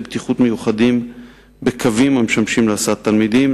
בטיחות מיוחדים בקווים המשמשים להסעת תלמידים,